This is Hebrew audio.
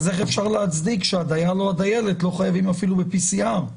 איך אפשר להצדיק שהדייל או הדיילת לא חייבים אפילו בבדיקת PCR?